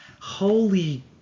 Holy